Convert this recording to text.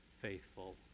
faithful